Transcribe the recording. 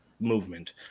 movement